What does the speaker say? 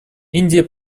индия